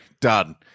done